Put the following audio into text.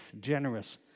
generous